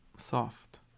Soft